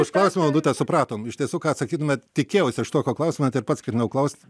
užkąsime vladutę supratome iš tiesų ką atsakytumėte tikėjausi aš tokio klausimo ir pats ketinau klausti